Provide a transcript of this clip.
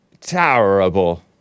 terrible